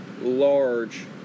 large